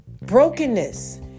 brokenness